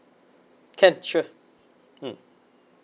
can sure hmm